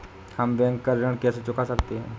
हम बैंक का ऋण कैसे चुका सकते हैं?